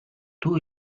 two